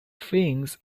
things